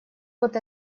вот